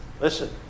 Listen